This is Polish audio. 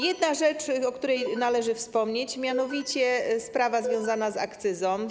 Jedna rzecz, o której należy wspomnieć, mianowicie: sprawa związana z akcyzą.